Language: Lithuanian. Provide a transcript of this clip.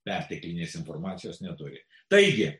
perteklinės informacijos neturi taigi